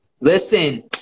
Listen